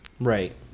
right